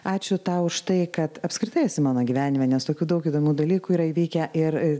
ačiū tau už tai kad apskritai esi mano gyvenime nes tokių daug įdomių dalykų yra įvykę ir